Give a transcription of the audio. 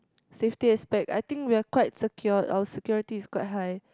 safety aspect I think we are quite secured our security is quite high